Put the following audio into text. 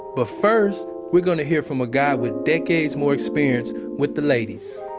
but first, we're going to hear from a guy with decades more experience with the ladies